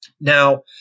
Now